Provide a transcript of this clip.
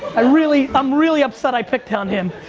ah really um really upset i picked on him.